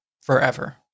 forever